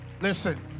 listen